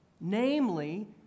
Namely